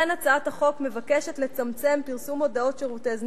לכן הצעת החוק מבקשת לצמצם פרסום הודעות שירותי זנות,